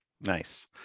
Nice